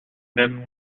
même